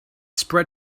spread